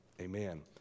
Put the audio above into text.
Amen